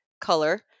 color